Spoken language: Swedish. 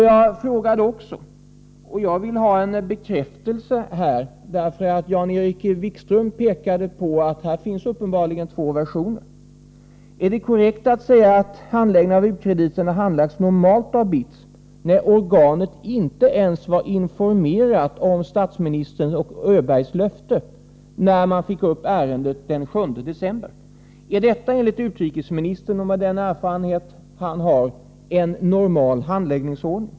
Jag frågade också, och där vill jag ha en bekräftelse, för Jan-Erik Wikström pekade på att det uppenbarligen finns två versioner: Är det korrekt att säga att u-kreditärendena normalt handläggs av BITS, när organet inte ens var informerat om statsministerns och Öbergs löfte, då man fick upp ärendet den 7 december? Är detta enligt utrikesministerns uppfattning, med den erfarenhet han har, en normal handläggningsordning?